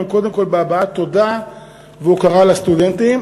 קודם כול בהבעת תודה והוקרה לסטודנטים.